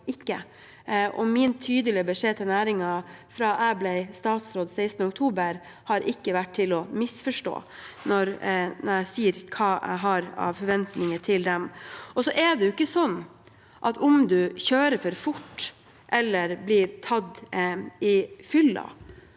Min tydelige beskjed til næringen fra jeg ble statsråd 16. oktober, har ikke vært til å misforstå. Jeg sier hva jeg har av forventninger til dem. Det er heller ikke sånn at om man kjører for fort eller blir tatt for